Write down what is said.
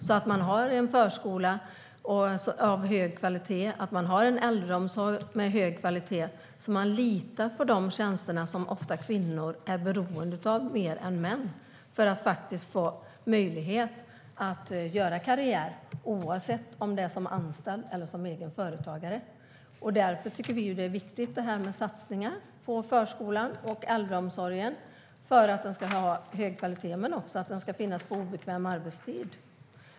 Det måste finnas en förskola av hög kvalitet och en äldreomsorg av hög kvalitet, så att det går att lita på de tjänster som kvinnor ofta är mer beroende av än män så att kvinnorna kan göra karriär oavsett som anställd eller som egenföretagare. Därför anser vi att det är viktigt att satsa på förskolan och äldreomsorgen så att det råder hög kvalitet där och de finns tillgängliga på obekväm arbetstid.